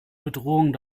bedrohung